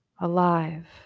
alive